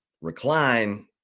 recline